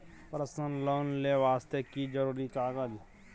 Personal loan ले वास्ते की जरुरी कागज?